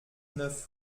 neuf